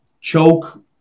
choke